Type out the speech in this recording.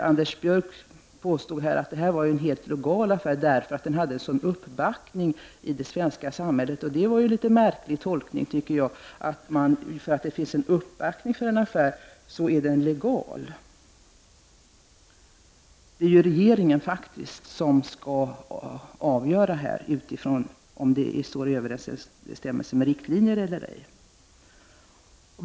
Anders Björck påstod att det rörde sig om en helt legal affär, eftersom den fick en sådan uppbackning i det svenska samhället. Det är enligt min mening litet märkligt att en affär blir legal, därför att det finns en uppbackning för den. Det är ju regeringen som skall avgöra huruvida det hela är i överensstämmelse med riktlinjerna eller ej.